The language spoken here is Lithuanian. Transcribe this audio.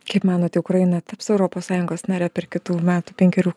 kaip manote ukraina taps europos sąjungos nare per kitų metų penkerių